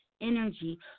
energy